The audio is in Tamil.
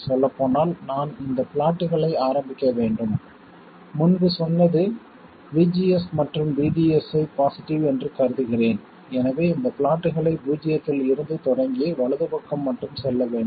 சொல்லப்போனால் நான் இந்த ப்ளாட்டுகளை ஆரம்பிக்க வேண்டும் முன்பு சொன்னது VGS மற்றும் VDS ஐ பாசிட்டிவ் என்று கருதுகிறேன் எனவே இந்த ப்ளாட்டுகளை பூஜ்ஜியத்தில் இருந்து தொடங்கி வலது பக்கம் மட்டும் செல்ல வேண்டும்